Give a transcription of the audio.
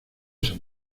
san